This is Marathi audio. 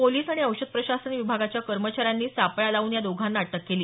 पोलीस आणि औषध प्रशासन विभागाच्या कर्मचाऱ्यांनी सापळा लावून या दोघांना अटक केली